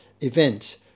event